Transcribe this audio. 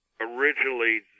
originally